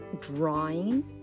drawing